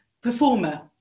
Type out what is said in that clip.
performer